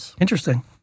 interesting